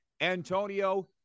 Antonio